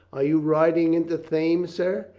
are you riding into thame, sir?